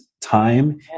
time